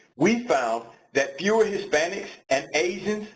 we found that fewer hispanics and asians,